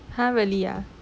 !huh! really ah